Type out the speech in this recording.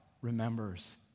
remembers